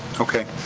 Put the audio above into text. okay.